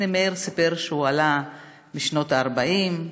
הינה, מאיר סיפר שהוא עלה בשנות ה-40.